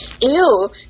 Ew